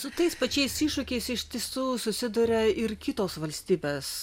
su tais pačiais iššūkiais iš tiesų susiduria ir kitos valstybės